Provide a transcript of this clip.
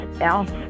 else